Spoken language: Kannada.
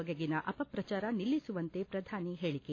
ಬಗೆಗಿನ ಆಪಪ್ರಚಾರ ನಿಲ್ಲಿಸುವಂತೆ ಪ್ರಧಾನಿ ಹೇಳಕೆ